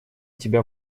тебя